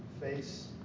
face